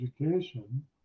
education